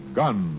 gun